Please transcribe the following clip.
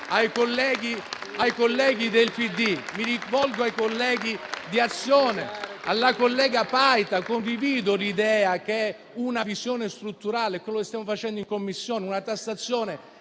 ai colleghi del PD e di Azione, alla collega Paita. Condivido l'idea che una visione strutturale, come stiamo facendo in Commissione, una tassazione